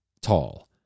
tall